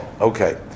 okay